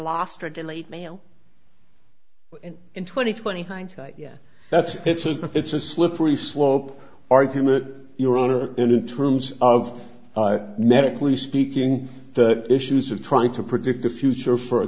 last regulate mail in twenty twenty hindsight yes that's it's a it's a slippery slope argument your honor in terms of medically speaking the issues of trying to predict the future for a